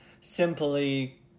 simply